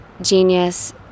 genius